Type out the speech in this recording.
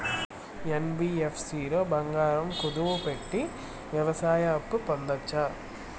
NBFC లో బంగారం కుదువు పెట్టి వ్యవసాయ అప్పు పొందొచ్చా?